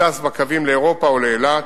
הטס בקווים לאירופה או לאילת,